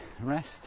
rest